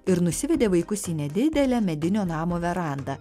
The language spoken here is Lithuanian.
ir nusivedė vaikus į nedidelę medinio namo verandą